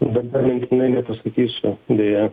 dabar mintinai nepasakysiu deja